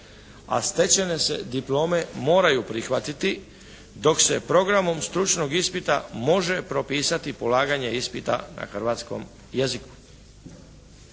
a stečene se diplome moraju prihvatiti dok se programom stručnog ispita može propisati polaganje ispita na hrvatskom jeziku.